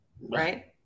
Right